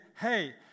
hey